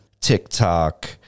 TikTok